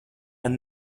and